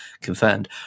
confirmed